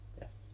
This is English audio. Yes